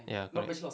ya correct